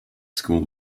school